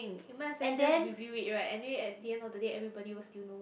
you might as well just reveal it right anyway at the end of the day everybody will still know